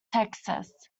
texas